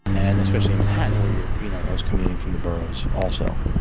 and especially in manhattan, where you're you know i was commuting from the boroughs also.